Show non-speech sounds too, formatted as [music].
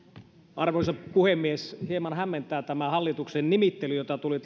arvoisa puhemies hieman hämmentää tämä hallituksen nimittely jota tuli [unintelligible]